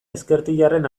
ezkertiarren